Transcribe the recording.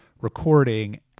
recording